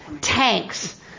tanks